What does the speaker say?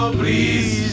please